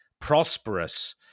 prosperous